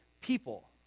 people